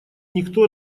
никто